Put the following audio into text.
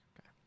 Okay